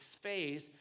phase